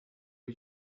are